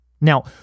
Now